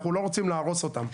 אנחנו לא רוצים להרוס אותם,